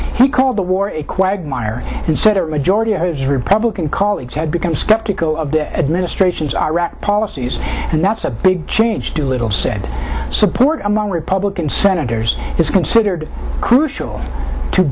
he called the war a quagmire his senate majority has republican colleagues have become skeptical of the administration's iraq policies and that's a big change too little said support among republican senators is considered crucial to